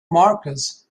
marcus